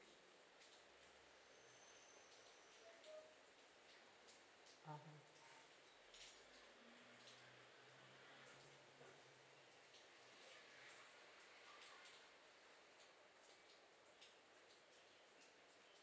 a'ah